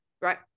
Right